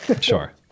Sure